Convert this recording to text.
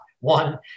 one